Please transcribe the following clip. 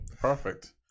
Perfect